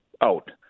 out